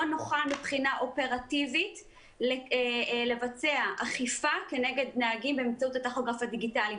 נוכל מבחינה אופרטיבית לבצע אכיפה כנגד נהגים באמצעות הטכוגרף הדיגיטלי.